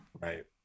right